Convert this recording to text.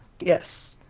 Yes